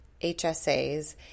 HSAs